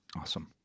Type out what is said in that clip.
Awesome